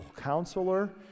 counselor